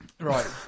Right